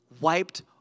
wiped